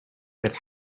with